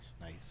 nice